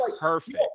perfect